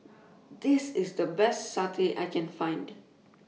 This IS The Best Satay that I Can Find